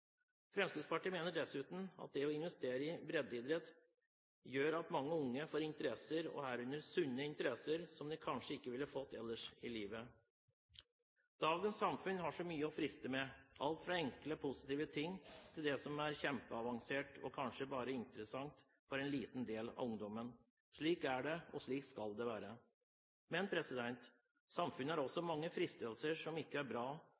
Fremskrittspartiet mener dessuten at det å investere i breddeidrett gjør at mange unge får interesser, herunder sunne interesser, som de kanskje ikke ville fått ellers i livet. Dagens samfunn har så mye å friste med, alt fra enkle, positive ting til det som er kjempeavansert og kanskje bare interessant for en liten del av ungdommen. Slik er det, og slik skal det være. Men samfunnet har også mange fristelser som ikke er bra,